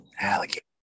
Alligator